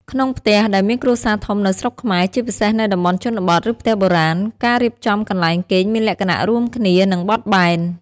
ក្នុងផ្ទះដែលមានគ្រួសារធំនៅស្រុកខ្មែរ ជាពិសេសនៅតំបន់ជនបទ ឬផ្ទះបុរាណ ការរៀបចំកន្លែងគេងមានលក្ខណៈរួមគ្នា និងបត់បែន។